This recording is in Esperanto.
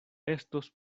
estos